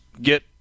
get